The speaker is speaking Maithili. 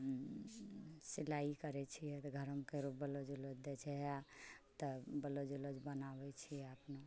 सिलाइ करै छिए घरमे ककरो ब्लाउज उलाउज दै छै तऽ ब्लाउज उलाउज बनाबै छिए अपनो